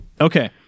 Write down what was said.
okay